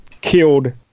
killed